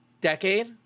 decade